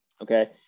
Okay